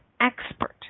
expert